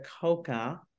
Coca